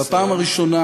בפעם הראשונה